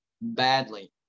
badly